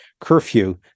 curfew